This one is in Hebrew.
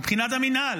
מבחינת המינהל,